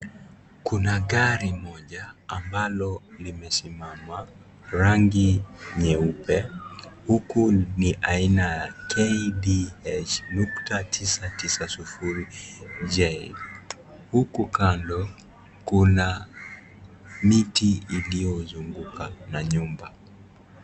Kuna gari moja ambalo limesimama, rangi nyeupe huku ni aina KDH nukta tisa tisa sufuri J. Huku kando kuna miti iliyozunguka na nyumba.